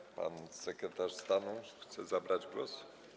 Czy pan sekretarz stanu chce zabrać głos?